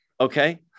Okay